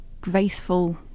graceful